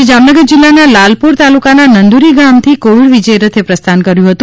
આજે જામનગર જિલ્લાના લાલપુર તાલુકાના નંદુરી ગામથી કોવિડ વિજય રથે પ્રસ્થાન કર્યુ હતું